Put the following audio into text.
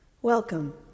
Welcome